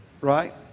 Right